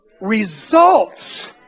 results